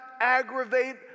aggravate